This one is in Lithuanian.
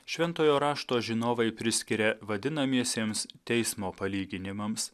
šventojo rašto žinovai priskiria vadinamiesiems teismo palyginimams